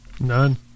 None